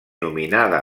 nominada